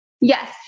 Yes